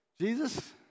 Jesus